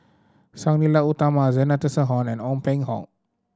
Sang Nila Utama Zena Tessensohn and Ong Peng Hock